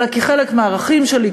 אלא כחלק מהערכים שלי,